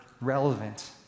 relevant